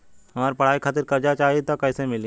हमरा पढ़ाई खातिर कर्जा चाही त कैसे मिली?